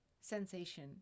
sensation